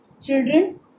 children